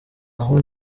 aho